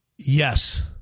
Yes